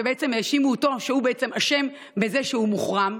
והאשימו אותו שהוא בעצם אשם בזה שהוא הוחרם.